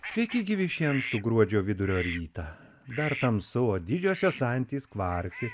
sveiki gyvi šį ankstų gruodžio vidurio rytą dar tamsu o didžiosios antys kvarksi